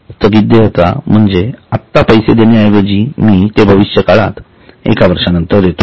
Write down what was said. स्थगित देयता म्हणजे आता पैसे देण्याऐवजी मी ते भविष्यकाळात एका वर्षा नंतर देतो